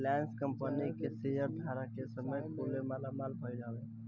Reliance company के share धारक ए समय खुबे मालामाल भईले हवे